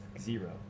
zero